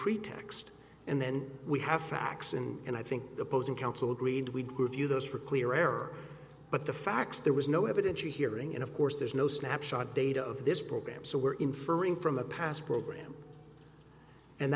pretext and then we have facts and and i think opposing counsel agreed we'd give you those for clear error but the facts there was no evidence you're hearing and of course there's no snapshot data of this program so we're inferring from a past program and